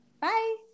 bye